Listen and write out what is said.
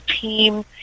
team